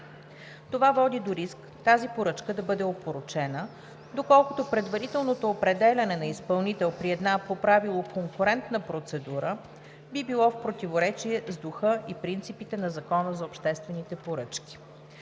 Това води до риск тази поръчка да бъде опорочена, доколкото предварителното определяне на изпълнител при една по правило конкурентна процедура би било в противоречие с духа и принципите на Закона за обществените поръчки.